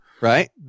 right